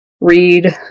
Read